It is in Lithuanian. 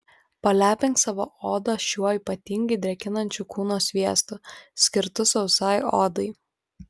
palepink savo odą šiuo ypatingai drėkinančiu kūno sviestu skirtu sausai odai